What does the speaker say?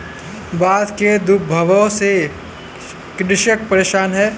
बाढ़ के दुष्प्रभावों से कृषक परेशान है